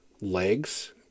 legs